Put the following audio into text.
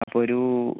അപ്പോൾ ഒരു